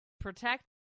protect